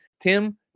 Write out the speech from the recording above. tim